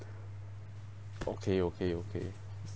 okay okay okay